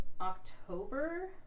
October